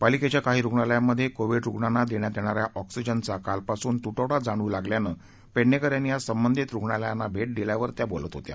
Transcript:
पालिकेच्या काही रुग्णालयांमध्ये कोविड रुग्णांना देण्यात येणाऱ्या ऑक्सिजनचा कालपासून तुटवडा जाणवू लागल्याने पेडणेकर यांनी आज संबंधित रुग्णालयांना भेट दिल्यावर त्या बोलत होत्या